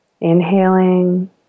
inhaling